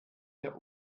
der